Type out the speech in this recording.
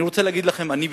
אני רוצה לומר לכם שאני,